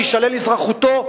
תישלל אזרחותו,